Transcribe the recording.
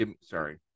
sorry